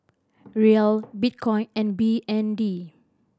Riel Bitcoin and B N D